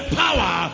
power